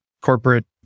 corporate